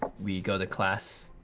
we go to class.